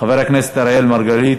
חבר הכנסת אראל מרגלית,